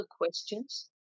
questions